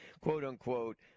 quote-unquote